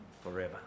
forever